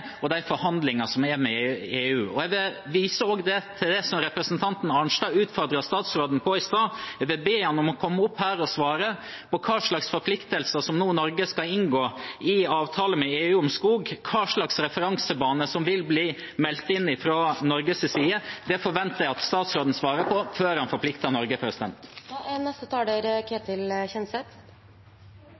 om de internasjonale rammevilkårene som er, og de forhandlingene som er med EU. Jeg viser også til det som representanten Arnstad utfordret statsråden på i stad. Jeg vil be ham om å komme opp her og svare på hva slags forpliktelser Norge nå skal inngå i avtale med EU om skog, hva slags referansebane som vil bli meldt inn fra Norges side. Det forventer jeg at statsråden svarer på før han forplikter Norge.